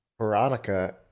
Veronica